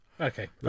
Okay